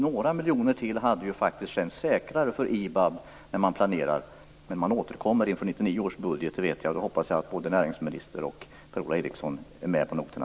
Några miljoner till hade faktiskt känts säkrare när IBAB planerar. Jag vet att man återkommer inför 1999 års budget, och då hoppas jag att både näringsministern och Per-Ola Eriksson är med på noterna.